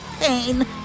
pain